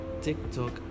TikTok